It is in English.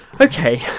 Okay